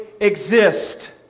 exist